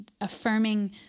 affirming